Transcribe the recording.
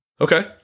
Okay